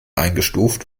eingestuft